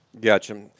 Gotcha